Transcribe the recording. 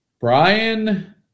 Brian